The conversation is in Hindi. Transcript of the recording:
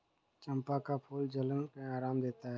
चंपा का फूल जलन में आराम देता है